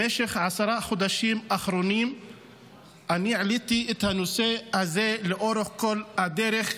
במשך עשרת החודשים האחרונים אני העליתי את הנושא הזה לאורך כל הדרך,